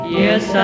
yes